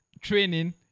training